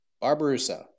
Barbarossa